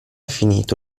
finito